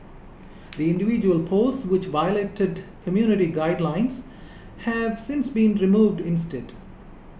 the individual posts which violated community guidelines have since been removed instead